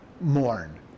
mourn